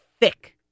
thick